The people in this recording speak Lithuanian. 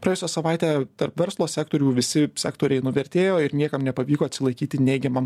praėjusią savaitę tarp verslo sektorių visi sektoriai nuvertėjo ir niekam nepavyko atsilaikyti neigiamam